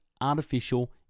artificial